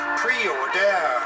pre-order